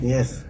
Yes